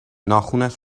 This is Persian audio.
ناخنت